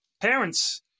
parents